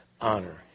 honor